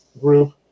group